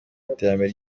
iterambere